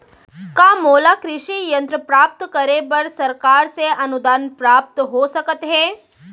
का मोला कृषि यंत्र प्राप्त करे बर सरकार से अनुदान प्राप्त हो सकत हे?